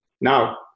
Now